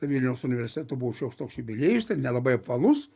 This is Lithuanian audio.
vilniaus universiteto buvo šioks toks jubiliejus tai nelabai apvalus